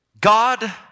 God